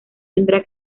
tendrá